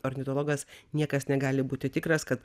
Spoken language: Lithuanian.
ornitologas niekas negali būti tikras kad